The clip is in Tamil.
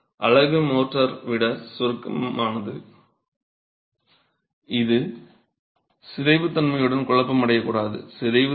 எனவே அலகு மோர்டாரை விட சுருக்கமானது இது சிதைவுத்தன்மையுடன் குழப்பமடையக்கூடாது